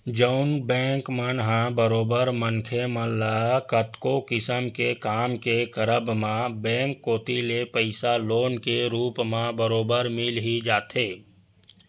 जउन बेंक मन ह बरोबर मनखे मन ल कतको किसम के काम के करब म बेंक कोती ले पइसा लोन के रुप म बरोबर मिल ही जाथे